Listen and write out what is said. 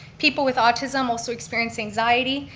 people with autism also experience anxiety,